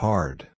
Hard